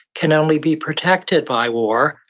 can only be protected by war,